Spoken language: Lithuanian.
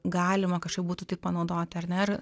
galima kažkaip būtų tai panaudoti ar ne ir